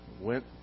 went